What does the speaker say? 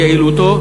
יעילותו,